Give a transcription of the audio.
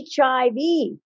HIV